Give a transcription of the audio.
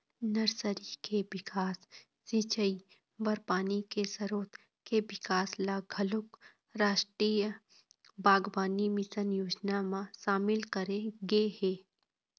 nursery के बिकास, सिंचई बर पानी के सरोत के बिकास ल घलोक रास्टीय बागबानी मिसन योजना म सामिल करे गे हे